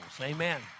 Amen